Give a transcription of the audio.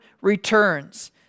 returns